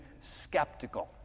skeptical